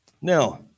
Now